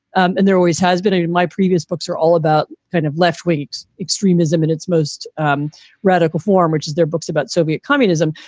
and there always has been. and in my previous books are all about kind of left weeks extremism in its most um radical form, which is their books about soviet communism.